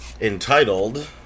entitled